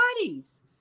bodies